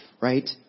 right